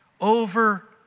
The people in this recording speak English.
over